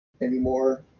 anymore